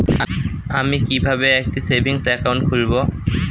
আমি কিভাবে একটি সেভিংস অ্যাকাউন্ট খুলব?